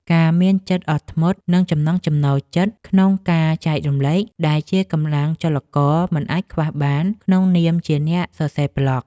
ការមានចិត្តអត់ធ្មត់ និងចំណង់ចំណូលចិត្តក្នុងការចែករំលែក ដែលជាកម្លាំងចលករមិនអាចខ្វះបានក្នុងនាមជាអ្នកសរសេរប្លក់។